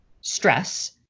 stress